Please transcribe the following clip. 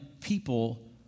people